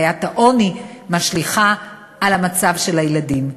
בעיית העוני משליכה על המצב של הילדים.